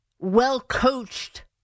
well-coached